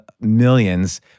millions